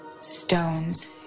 Stones